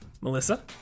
Melissa